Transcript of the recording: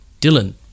dylan